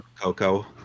Coco